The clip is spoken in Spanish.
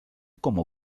como